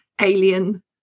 alien